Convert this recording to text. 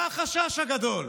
מה החשש הגדול?